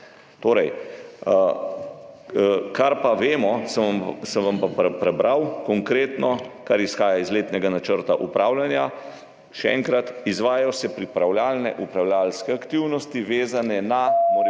Vlade. Kar pa vemo, sem vam prebral konkretno, kar izhaja iz letnega načrta upravljanja, še enkrat, izvajajo se pripravljalne upravljavske aktivnosti, vezane na morebitno